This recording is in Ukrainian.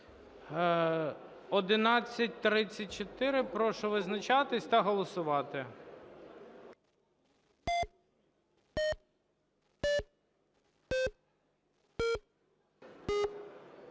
1142. Прошу визначатись та голосувати.